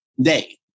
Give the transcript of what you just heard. day